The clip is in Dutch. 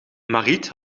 mariet